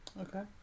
Okay